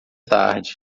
tarde